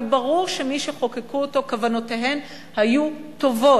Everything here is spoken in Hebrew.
וברור שמי שחוקקו אותו כוונותיהם היו טובות,